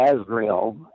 Azrael